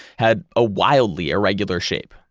had a wildly irregular shape.